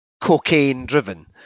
cocaine-driven